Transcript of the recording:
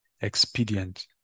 expedient